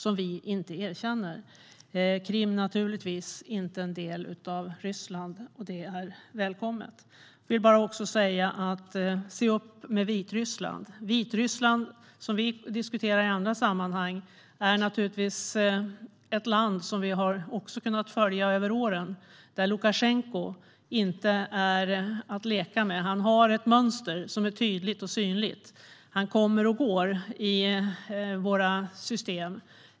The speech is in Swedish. Krim är givetvis inte en del av Ryssland. Låt mig också säga: Se upp med Vitryssland! Vi har kunnat följa Vitryssland genom åren, och Lukasjenko är inte att leka med. Han har ett tydligt och synligt mönster, och han kommer och går i våra system.